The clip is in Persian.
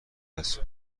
است